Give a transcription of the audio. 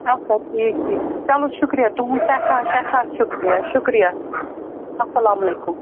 اچھا ٹھیٖک ٹھیٖک چلو شُکریہ تُہُنٛد سٮ۪ٹھاہ سٮ۪ٹھاہ شُکریہ شُکریہ اَسلامُ علیکُم